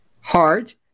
Heart